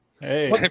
Hey